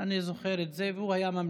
אני זוכר את זה, והוא היה ממלכתי.